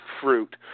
fruit